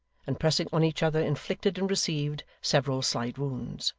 and pressing on each other inflicted and received several slight wounds.